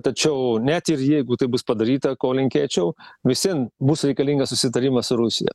tačiau net ir jeigu tai bus padaryta ko linkėčiau vis vien bus reikalingas susitarimas su rusija